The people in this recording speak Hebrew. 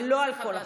ולא על כל החוק.